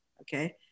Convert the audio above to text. okay